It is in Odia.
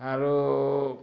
ଆରୁ